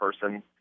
person